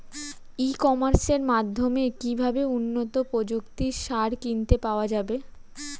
ই কমার্সের মাধ্যমে কিভাবে উন্নত প্রযুক্তির সার কিনতে পাওয়া যাবে?